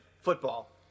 football